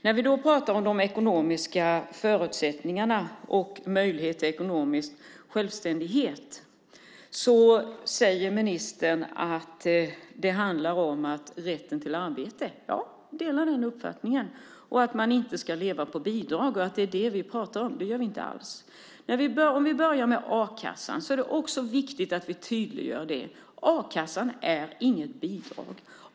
När vi talar om de ekonomiska förutsättningarna och möjligheten till ekonomisk självständighet säger ministern att det handlar om rätten till arbete, och vi delar den uppfattningen. Men hon säger också att man inte ska leva på bidrag och att det är det vi pratar om. Det gör vi inte alls. Låt mig börja med a-kassan. Det är viktigt att vi tydliggör att a-kassan inte är något bidrag.